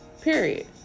Period